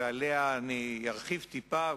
ועליה אני ארחיב טיפה,